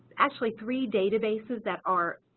actually three databases that are